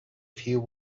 few